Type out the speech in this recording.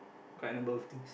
quite a number of things